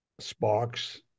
sparks